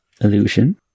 illusion